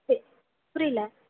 புரியல